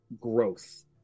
growth